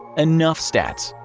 enough stats.